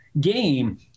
game